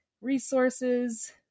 resources